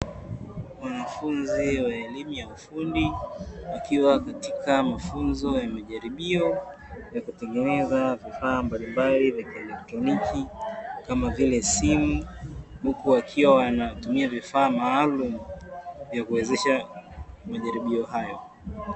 Wanafunzi wa elimu ya ufundi wakiwa katika mafunzo ya majaribio ya kutengeneza vifaa mbalimbali vya kielektroniki kama vile simu, huku wakiwa wanatumia vifaa maalumu vya kuwezesha majaribio hayo.